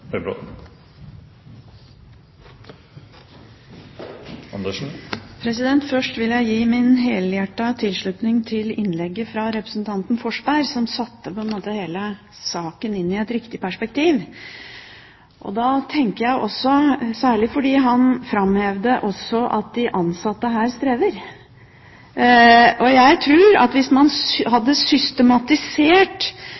retning. Først vil jeg gi min helhjertede tilslutning til innlegget fra representanten Forsberg som satte hele saken inn i et riktig perspektiv, særlig fordi han også framhevet at de ansatte her strever. Jeg tror at hvis man hadde systematisert både ansattes og